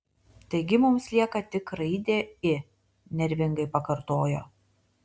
taigi mums lieka tik raidė i nervingai pakartojo